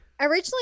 Originally